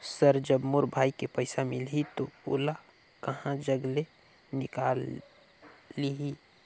Sir जब मोर भाई के पइसा मिलही तो ओला कहा जग ले निकालिही?